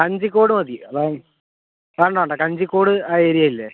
കഞ്ചിക്കോട് മതി അത് വേണ്ട വേണ്ട കഞ്ചിക്കോട് ആ ഏരിയ ഇല്ലെ